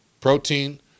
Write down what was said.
protein